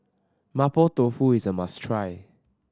Mapo Tofu is a must try